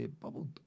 bubbled